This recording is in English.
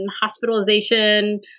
hospitalization